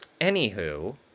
anywho